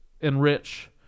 Enrich